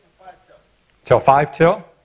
till till five till?